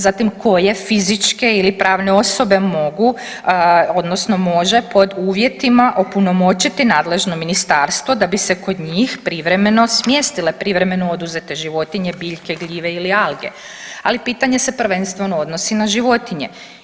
Zatim koje fizičke ili pravne osobe mogu odnosno može pod uvjetima opunomoćiti nadležno ministarstvo da bi se kod njih privremeno smjestile privremeno oduzete životinje, biljke, gljive ili alge, ali pitanje se prvenstveno odnosi na životinje.